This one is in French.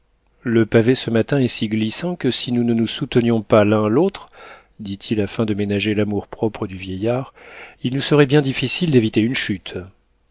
le pavé ce matin est si glissant que si nous ne nous soutenions pas l'un l'autre dit-il afin de ménager l'amour-propre du vieillard il nous serait bien difficile d'éviter une chute